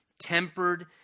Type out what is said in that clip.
tempered